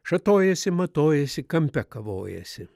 šatojasi matojasi kampe kavojasi